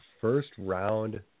first-round